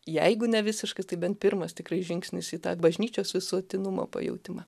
jeigu ne visiškas tai bent pirmas tikrai žingsnis į tą bažnyčios visuotinumo pajautimą